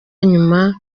nyuma